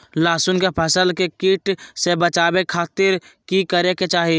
लहसुन के फसल के कीट से बचावे खातिर की करे के चाही?